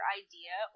idea